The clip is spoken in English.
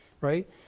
right